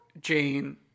Jane